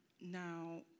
Now